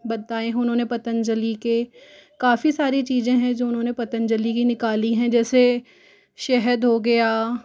बताए उन्होंने पतंजलि के काफ़ी सारी चीज़ें हैं जो उन्होंने पतंजलि की निकाली हैं जैसे शहद हो गया